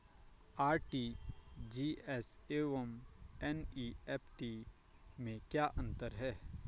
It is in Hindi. आर.टी.जी.एस एवं एन.ई.एफ.टी में क्या अंतर है?